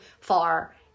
far